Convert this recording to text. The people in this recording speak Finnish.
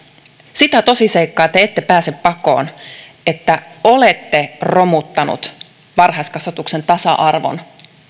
sitä tosiseikkaa te ette pääse pakoon että olette romuttaneet varhaiskasvatuksen tasa arvon